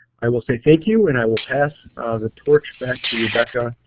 i will say thank you, and i will pass the torch back to you, rebecca.